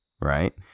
right